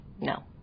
no